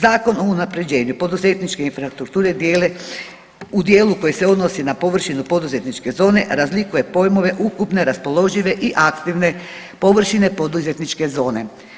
Zakon o unapređenju poduzetničke infrastrukture dijele, u dijelu koji se odnosi na površinu poduzetničke zone razlikuje pojmove ukupne raspoložive i aktivne površine poduzetničke zone.